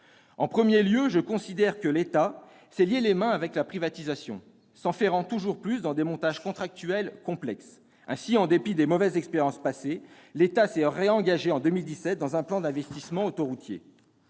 En premier lieu, je considère que l'État s'est lié les mains avec la privatisation, s'enferrant toujours plus dans des montages contractuels complexes. Ainsi, en dépit des mauvaises expériences passées, l'État s'est réengagé en 2017 dans un plan d'investissement autoroutier.